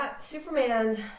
Superman